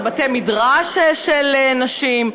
על בתי-מדרש של נשים,